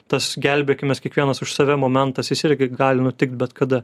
tas gelbėkimės kiekvienas už save momentas jis irgi gali nutikt bet kada